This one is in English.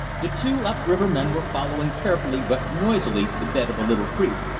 the two up-river men were following carefully but noisily the bed of a little creek.